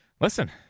listen